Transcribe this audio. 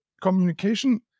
communication